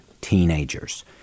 teenagers